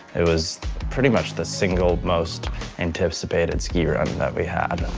it was pretty much the single most anticipated ski run that we had.